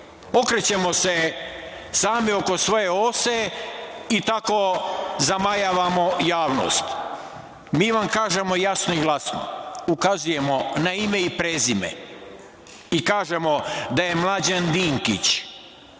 Okrećemo se sami oko svoje ose i tako zamajavamo javnost. Mi vam kažemo jasno i glasno, ukazujemo na ime i prezime i kažemo da je Mlađan Dinkić,